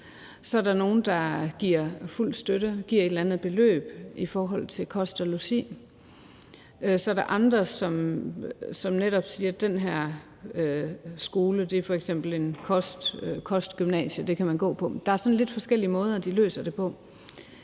Så er der også nogle, der giver fuld støtte, giver et eller andet beløb til kost og logi, og så er der andre, som netop siger, at den her skole f.eks. skal være et kostgymnasium, som man kan gå på. Der er lidt forskellige måder, de løser det på.